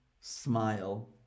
smile